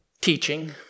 teaching